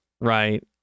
Right